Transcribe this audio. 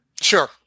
Sure